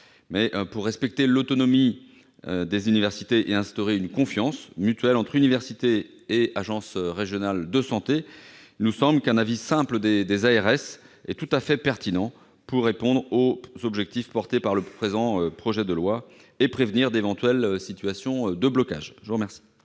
soins. Pour respecter l'autonomie des universités et instaurer une confiance mutuelle entre universités et agences régionales de santé, un avis simple des ARS est tout à fait pertinent pour répondre aux objectifs du projet de loi et il permet de prévenir d'éventuelles situations de blocage. L'amendement